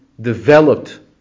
developed